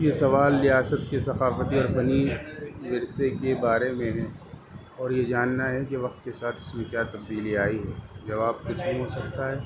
یہ سوال ریاست کے ثقافتی اور فنی ورثے کے بارے میں ہے اور یہ جاننا ہے کہ وقت کے ساتھ اس میں کیا تبدیلی آئی ہے جواب کچھ بھی ہو سکتا ہے